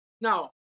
Now